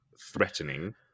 threatening